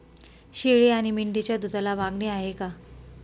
शेळी आणि मेंढीच्या दूधाला मागणी आहे का?